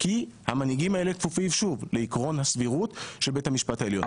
כי המנהיגים האלה כפופים לעקרון הסבירות של בית המשפט העליון.